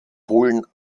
polen